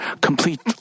complete